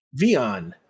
Vion